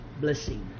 blessing